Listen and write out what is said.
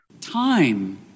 Time